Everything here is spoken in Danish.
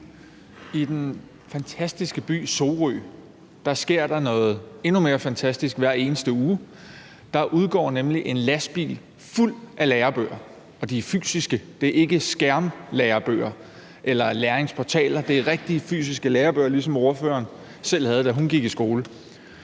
I den fantastiske by Sorø sker der noget endnu mere fantastisk hver eneste uge. Der udgår nemlig en lastbil fuld af lærebøger, og de er fysiske. Det er ikke skærmlærebøger eller læringsportaler. Det er rigtige, fysiske lærebøger ligesom dem, ordføreren selv havde, da hun gik i skole.